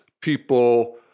people